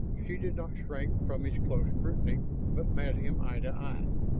she did not shrink from his close scrutiny but met him eye to eye.